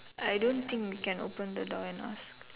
I don't think we can open the door and ask